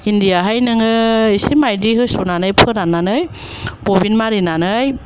इन्दियाहाय नोङो एसे माइदि होस्र'नानै फोराननानै बबिन मारिनानै